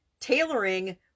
tailoring